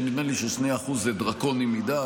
שנדמה לי ש-2% זה דרקוני מדי.